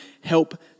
help